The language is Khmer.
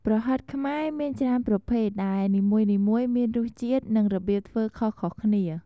ប្រហិតខ្មែរមានច្រើនប្រភេទ ដែលនីមួយៗមានរសជាតិ និងរបៀបធ្វើខុសៗគ្នា។